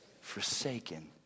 forsaken